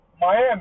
Miami